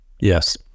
yes